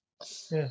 Yes